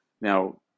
Now